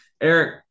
Eric